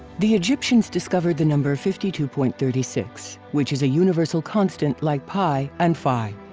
the egyptians discovered the number fifty two point three six which is a universal constant like pi and phi.